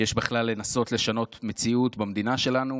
יש בכלל לנסות לשנות מציאות במדינה שלנו,